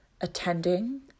attending